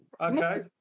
okay